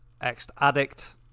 Ex-addict